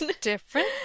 Different